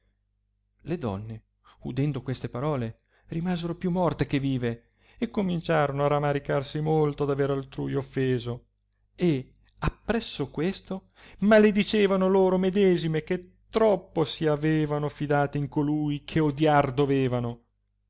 le donne udendo queste parole rimasero più morte che vive e cominciorono ramaricarsi molto d aver altrui offeso e appresso questo maladicevano loro medesime che troppo si avevano fidate in colui che odiare dovevano